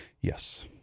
Yes